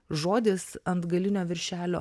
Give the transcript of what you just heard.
žodis ant galinio viršelio